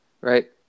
right